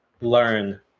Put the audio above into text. learn